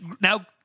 now